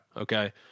Okay